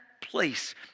place